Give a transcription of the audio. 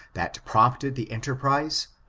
that prompted the enterprise?